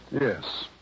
Yes